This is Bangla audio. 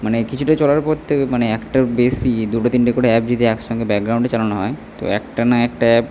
মানে কিছুটা চলার পর থেকে মানে একটার বেশি দুটো তিনটে করে অ্যাপ যদি একসঙ্গে ব্যাকগ্রাউন্ডে চালানো হয় তো এক টানা একটা অ্যাপ